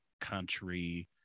country